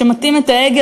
כשמטים את ההגה,